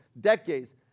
decades